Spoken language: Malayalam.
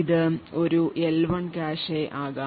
ഇത് ഒരു എൽ 1 കാഷെ ആകാം